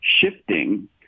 shifting